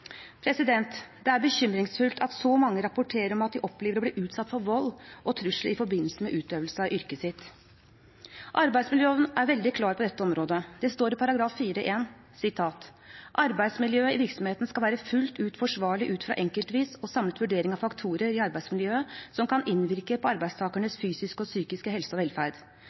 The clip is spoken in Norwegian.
Det er bekymringsfullt at så mange rapporterer om at de opplever å bli utsatt for vold og trusler i forbindelse med utøvelse av yrket sitt. Arbeidsmiljøloven er veldig klar på dette området. Det står i § 4-1: «Arbeidsmiljøet i virksomheten skal være fullt forsvarlig ut fra en enkeltvis og samlet vurdering av faktorer i arbeidsmiljøet som kan innvirke på arbeidstakernes fysiske og psykiske helse og velferd.